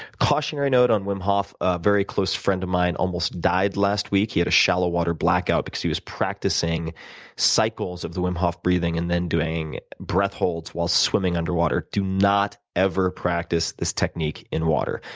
cautionary note on wim hoff. a very close friend of mine almost died last week. he had a shallow water blackout because he was practicing cycles of the wim hoff breathing and then doing breath holds while swimming underwater. do not ever practice this technique in water.